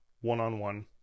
one-on-one